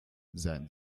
sein